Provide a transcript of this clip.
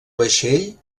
vaixell